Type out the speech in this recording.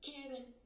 Kevin